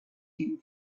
him